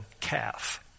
calf